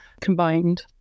combined